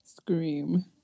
Scream